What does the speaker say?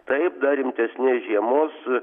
taip dar rimtesnės žiemos